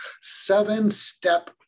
Seven-step